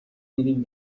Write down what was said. میریم